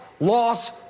Loss